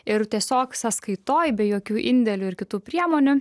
ir tiesiog sąskaitoj be jokių indėlių ir kitų priemonių